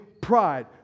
pride